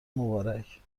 مبارک